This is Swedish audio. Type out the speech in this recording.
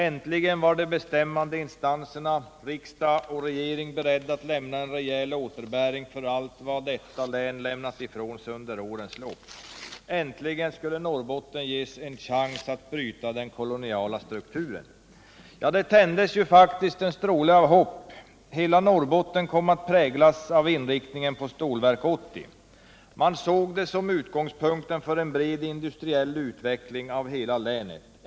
Äntligen var de bestämmande instanserna, riksdag och regering beredda att lämna en rejäl återbäring för allt vad detta län lämnat ifrån sig under årens lopp. Äntligen skulle Norrbotten ges en chans att bryta den koloniala strukturen. Ja, det tändes faktiskt en stråle av hopp. Hela Norrbotten kom att präglas av inriktningen på Stålverk 80. Man såg det som utgångspunkten för en bred industriell utveckling av hela länet.